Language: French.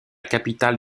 capitale